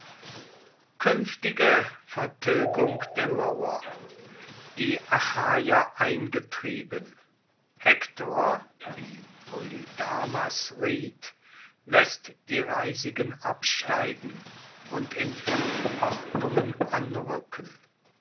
künftige vertilgung der mauer die achaier eingetrieben hektor wie polydamas riet läßt die reisigen absteigen und in fünf ordnungen anrücken